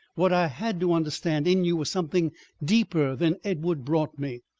what i had to understand in you was something deeper than edward brought me.